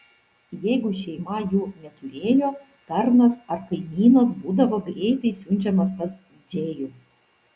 jeigu šeima jų neturėjo tarnas ar kaimynas būdavo greitai siunčiamas pas džėjų